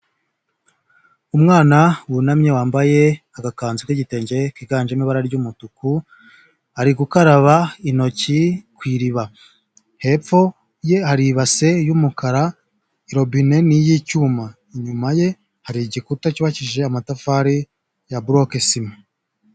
Umwana wunamye wambaye agakanzu k'igitenge kiganjemo ibara ry'umutuku, ari gukaraba intoki ku iriba hepfo ye hari ibase y'umukara robine y'icyuma, inyuma ye hari igikuta cyubakishije amatafari ya boroke sima.